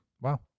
wow